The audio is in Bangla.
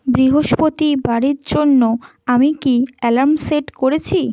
বৃহস্পতিবারের জন্য আমি কী অ্যালার্ম সেট করেছি